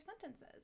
sentences